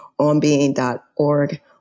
OnBeing.org